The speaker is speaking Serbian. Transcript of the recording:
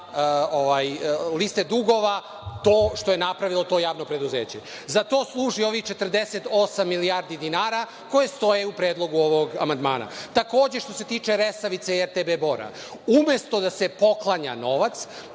liste dugova to što je napravilo to javno preduzeće. Za to služi ovih 48 milijardi dinara koje stoje u predlogu ovog amandmana. Što se tiče „Resavice“ i RTB „Bor“, umesto da se poklanja novac